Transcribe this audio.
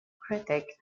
critic